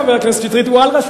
חבר הכנסת שטרית,